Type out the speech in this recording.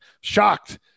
shocked